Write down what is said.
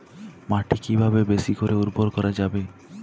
মাটি কিভাবে বেশী করে উর্বর করা যাবে?